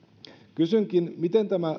kysynkin miten tämä